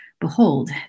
behold